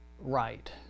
right